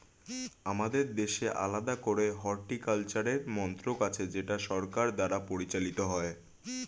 আমাদের দেশে আলাদা করে হর্টিকালচারের মন্ত্রক আছে যেটা সরকার দ্বারা পরিচালিত হয়